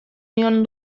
nion